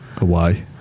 away